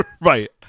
Right